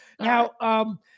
Now